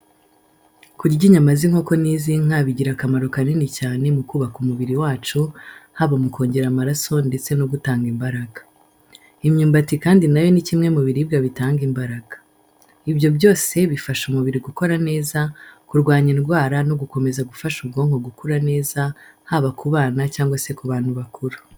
Kurya inyama z’inkoko n’iz’inka bigira akamaro kanini cyane mu kubaka umubiri wacu, haba mu kongera amaraso ndetse no gutanga imbaraga. Imyumbati kandi na yo ni kimwe mu biribwa bitanga imbaraga. Ibyo byose bifasha umubiri gukora neza, kurwanya indwara no gukomeza gufasha ubwonko gukura neza, haba ku bana cyangwa se ku bantu bakuru.